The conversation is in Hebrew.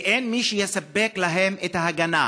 ואין מי שיספק להם את ההגנה.